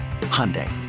Hyundai